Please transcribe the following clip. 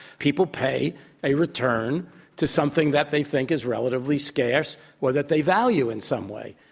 people pay a return to something that they think is relatively scarce or that they value in some way.